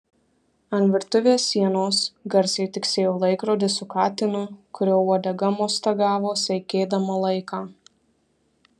ant virtuvės sienos garsiai tiksėjo laikrodis su katinu kurio uodega mostagavo seikėdama laiką